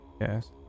Yes